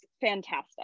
fantastic